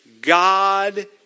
God